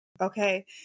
Okay